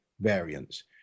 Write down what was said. variants